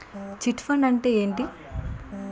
Chit fund అంటే ఏంటి?